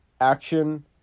action